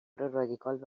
رادیکال